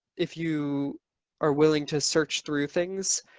if you are willing to search through things,